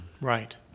Right